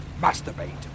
Masturbate